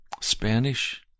Spanish